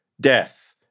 death